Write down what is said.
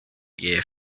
year